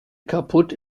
kaputt